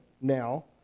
now